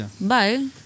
bye